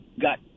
got